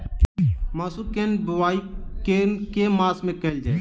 मसूर केँ बोवाई केँ के मास मे कैल जाए?